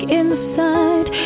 inside